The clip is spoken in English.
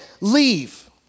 leave